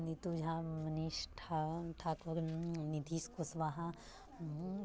Neetu Jha Manish Thakur Nitish Kushwaha